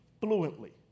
fluently